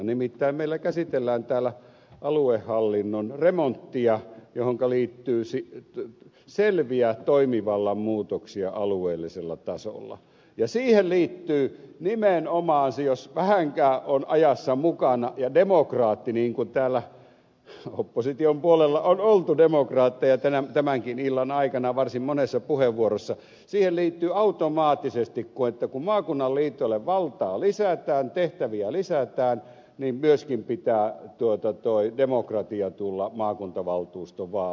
nimittäin meillä käsitellään täällä aluehallinnon remonttia johonka liittyy selviä toimivallan muutoksia alueellisella tasolla ja siihen liittyy jos vähänkään on ajassa mukana ja demokraatti niin kuin täällä opposition puolella on oltu demokraatteja tämänkin illan aikana varsin monessa puheenvuorossa automaattisesti se että kun maakunnan liitoille valtaa lisätään tehtäviä lisätään niin myöskin pitää demokratian tulla maakuntavaltuuston vaaleihin